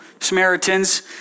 Samaritans